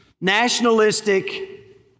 nationalistic